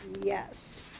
Yes